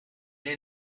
est